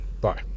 Bye